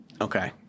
Okay